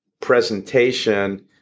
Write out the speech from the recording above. presentation